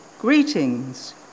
Greetings